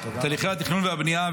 את הליכי התכנון והבנייה,